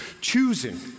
choosing